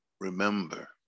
remember